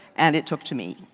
and it took to me.